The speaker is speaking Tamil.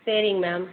சரிங் மேம்